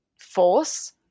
force